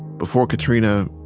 before katrina,